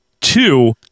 two